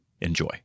Enjoy